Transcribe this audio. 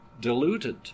diluted